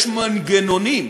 יש מנגנונים,